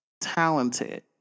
talented